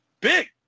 big